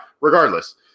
regardless